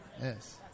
Yes